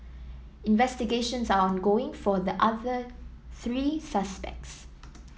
investigations are ongoing for the other three suspects